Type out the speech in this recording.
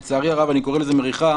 לצערי הרב אני קורא לזה מריחה,